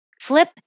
Flip